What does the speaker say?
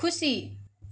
खुसी